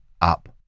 up